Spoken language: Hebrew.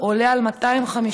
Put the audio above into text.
עולה על 250,000